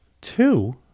Two